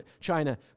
China